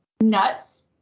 nuts